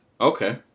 Okay